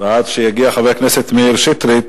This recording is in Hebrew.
עד שיגיע לדוכן חבר הכנסת מאיר שטרית,